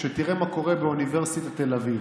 כשתראה מה קורה באוניברסיטת תל אביב.